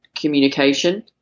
communication